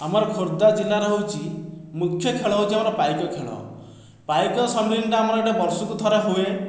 ଆମର ଖୋର୍ଦ୍ଧା ଜିଲ୍ଲାରେ ହେଉଛି ମୁଖ୍ୟ ଖେଳ ହେଉଛି ଆମର ପାଇକ ଖେଳ ପାଇକ ସମ୍ମିଳନୀଟା ଆମର ଏଠି ବର୍ଷକୁ ଥରେ ହୁଏ